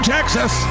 Texas